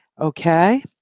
Okay